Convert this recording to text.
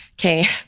okay